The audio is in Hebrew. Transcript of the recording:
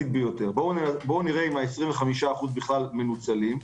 בואו נראה אם ה-25% בכלל מנוצלים.